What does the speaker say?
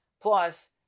Plus